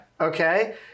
Okay